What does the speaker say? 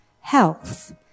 health